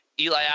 Eli